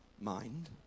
mind